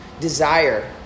desire